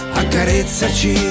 accarezzaci